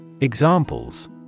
Examples